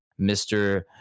Mr